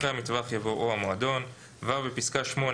אחרי "המטווח" יבוא "או המועדון"; (ו)בפסקה (8)